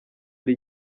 ari